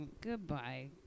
Goodbye